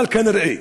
אבל כנראה,